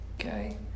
okay